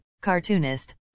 cartoonist